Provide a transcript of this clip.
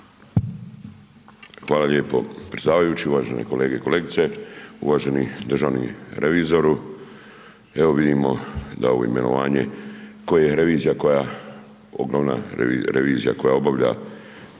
Hvala lijepo predsjedavajući, uvažene kolege i kolegice, uvaženi državni revizoru. Evo vidimo da ovo koje je revizija koja, ogromna revizija koja obavlja